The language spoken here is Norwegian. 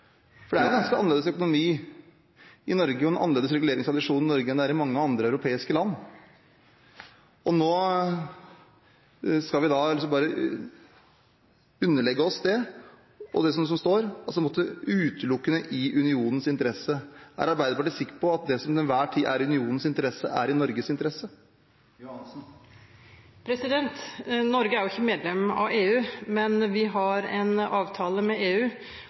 interesse? Det er en ganske annerledes økonomi og en annerledes reguleringstradisjon i Norge enn det er i mange andre europeiske land. Nå skal vi altså bare underlegge oss det, og – som det står – «utelukkende i Unionens interesse»? Er Arbeiderpartiet sikker på at det som til enhver tid er i Unionens interesse, er i Norges interesse? Norge er jo ikke medlem av EU, men vi har en avtale med EU